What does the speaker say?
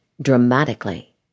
dramatically